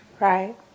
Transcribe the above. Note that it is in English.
right